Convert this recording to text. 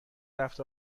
رفت